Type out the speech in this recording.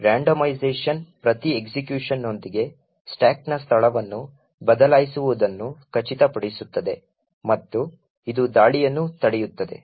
randomisation ಪ್ರತಿ ಎಸ್ಎಕ್ಯುಷನ್ನೊಂದಿಗೆ ಸ್ಟಾಕ್ನ ಸ್ಥಳವನ್ನು ಬದಲಾಯಿಸುವುದನ್ನು ಖಚಿತಪಡಿಸುತ್ತದೆ ಮತ್ತು ಇದು ದಾಳಿಯನ್ನು ತಡೆಯುತ್ತದೆ